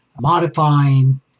modifying